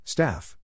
Staff